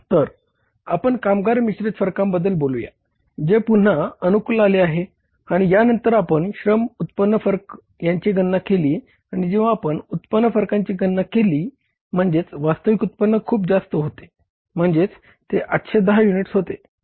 तर आपण कामगार मिश्रित फरकांबद्द्ल बोलूया जे पुन्हा अनुकूल आले आहे आणि यानंतर आपण श्रम उत्पन्न फरक यांची गणना केली आणि जेव्हा आपण उत्पन्न फरकांची गणना केली म्हणजे वास्तविक उत्पन्न खूप जास्त होते म्हणजेच ते 810 युनिट्स होते